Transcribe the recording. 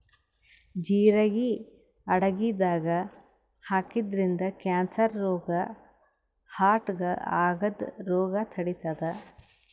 ಜಿರಗಿ ಅಡಗಿದಾಗ್ ಹಾಕಿದ್ರಿನ್ದ ಕ್ಯಾನ್ಸರ್ ರೋಗ್ ಹಾರ್ಟ್ಗಾ ಆಗದ್ದ್ ರೋಗ್ ತಡಿತಾದ್